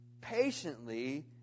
patiently